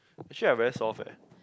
actually I very soft eh